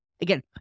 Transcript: Again